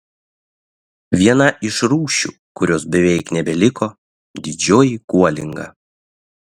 viena iš rūšių kurios beveik nebeliko didžioji kuolinga